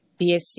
BSc